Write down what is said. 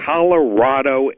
Colorado